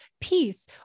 peace